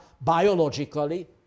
biologically